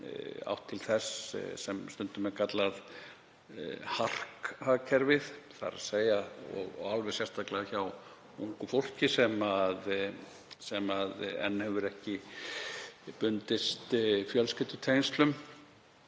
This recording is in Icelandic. átt til þess sem stundum er kallað harkhagkerfið, alveg sérstaklega hjá ungu fólki sem enn hefur ekki bundist fjölskyldutengslum.